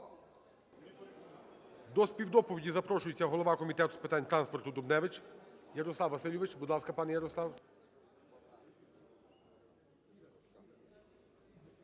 До співдоповіді запрошується голова Комітету з питань транспорту Дубневич Ярослав Васильович. Будь ласка, пане Ярослав.